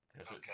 okay